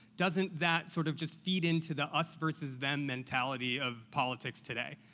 doesn't that sort of just feed into the ah us-versus-them mentality of politics today?